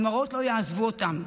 המראות לא יעזבו אותם,